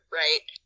right